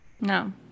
No